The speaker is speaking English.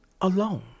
alone